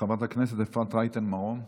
חברת הכנסת אפרת רייטן מרום.